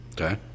Okay